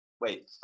Wait